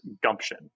gumption